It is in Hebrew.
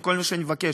זה כל מה שאני מבקש,